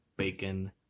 bacon